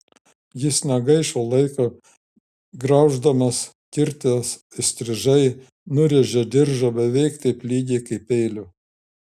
jis negaišo laiko grauždamas kirtęs įstrižai nurėžė diržą beveik taip lygiai kaip peiliu